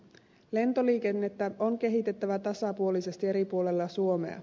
lentoliikennettä on kehitettävä tasapuolisesti eri puolilla suomea